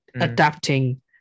adapting